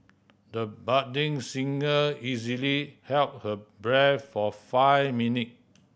the budding singer easily held her breath for five minute